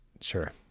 Sure